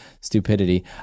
stupidity